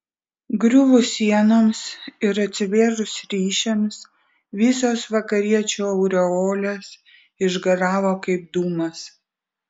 griuvus sienoms ir atsivėrus ryšiams visos vakariečių aureolės išgaravo kaip dūmas